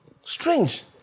Strange